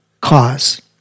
cause